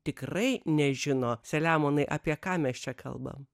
tikrai nežino selemonai apie ką mes čia kalbam